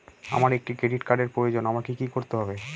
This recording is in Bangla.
আমার একটি ক্রেডিট কার্ডের প্রয়োজন আমাকে কি করতে হবে?